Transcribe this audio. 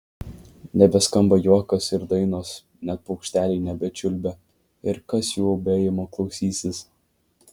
nebeskamba juokas ir dainos net paukšteliai nebečiulba ir kas jų ulbėjimo klausysis